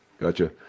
Gotcha